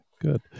good